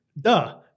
Duh